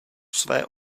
své